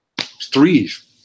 threes